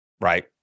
right